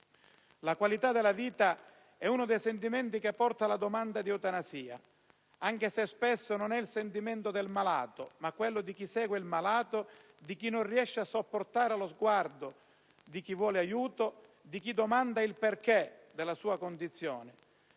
La qualità della vita è uno dei sentimenti che porta alla domanda di eutanasia, anche se spesso non è il sentimento del malato, ma quello di chi segue il malato, di chi non riesce a sopportare lo sguardo di chi vuole aiuto, di chi domanda il perché della sua condizione.